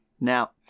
Now